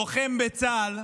לוחם בצה"ל,